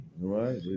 Right